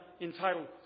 entitled